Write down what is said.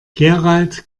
gerald